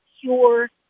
pure